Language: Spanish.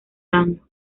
daño